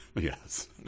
Yes